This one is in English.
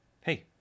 Hey